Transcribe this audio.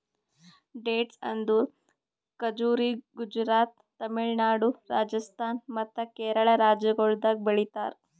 dates ಅಂದುರ್ ಖಜುರಿ ಗುಜರಾತ್, ತಮಿಳುನಾಡು, ರಾಜಸ್ಥಾನ್ ಮತ್ತ ಕೇರಳ ರಾಜ್ಯಗೊಳ್ದಾಗ್ ಬೆಳಿತಾರ್